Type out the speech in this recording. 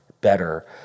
better